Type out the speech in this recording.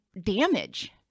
damage